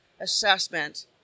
assessment